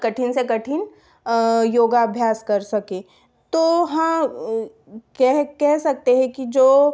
कठिन से कठिन योगाभ्यास कर सके तो हाँ कह कह सकते है कि जो